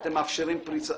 שאתם מאפשרים פריסה.